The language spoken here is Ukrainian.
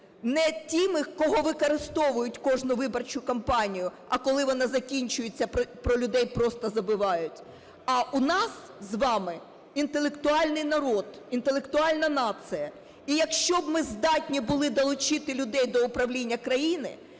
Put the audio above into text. не тими, кого використовують в кожну виборчу кампанію, а коли вона закінчується, про людей просто забувають. А у нас з вами інтелектуальний народ, інтелектуальна нація, і якщо б ми здатні були долучити людей до управління країною,